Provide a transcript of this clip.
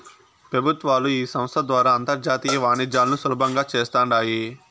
పెబుత్వాలు ఈ సంస్త ద్వారా అంతర్జాతీయ వాణిజ్యాలను సులబంగా చేస్తాండాయి